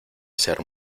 ser